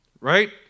right